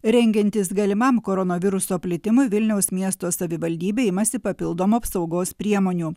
rengiantis galimam koronaviruso plitimui vilniaus miesto savivaldybė imasi papildomų apsaugos priemonių